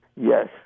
Yes